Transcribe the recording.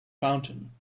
fountain